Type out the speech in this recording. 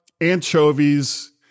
anchovies